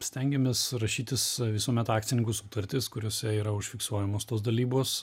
stengiamės rašytis visuomet akcininkų sutartis kuriose yra užfiksuojamos tos dalybos